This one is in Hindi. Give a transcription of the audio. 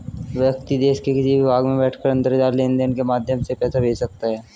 व्यक्ति देश के किसी भी भाग में बैठकर अंतरजाल लेनदेन के माध्यम से पैसा भेज सकता है